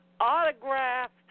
autographed